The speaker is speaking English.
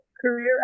career